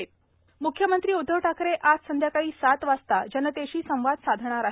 जनतेशी संवाद म्ख्यमंत्री उदधव ठाकरे आज संध्याकाळी सात वाजता जनतेशी संवाद साधणार आहेत